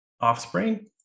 offspring